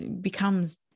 becomes